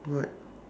what